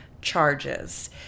charges